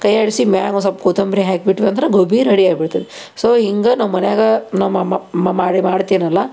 ಕೈ ಆಡಿಸಿ ಮ್ಯಾಗ ಒಂದ್ಸೊಲ್ವ ಕೊತ್ತಂಬ್ರಿ ಹಾಕ್ಬಿಟ್ರಂದ್ರೆ ಗೋಬಿ ರೆಡಿ ಆಗ್ಬಿಡ್ತದೆ ಸೊ ಹಿಂಗೆ ನಮ್ಮ ಮನ್ಯಾಗ ನಮ್ಮ ಅಮ್ಮ ನಾ ಮಾಡೇ ಮಾಡ್ತೀನಲ್ಲ